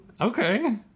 Okay